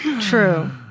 True